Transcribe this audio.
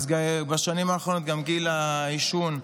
בשנים האחרונות גם גיל העישון,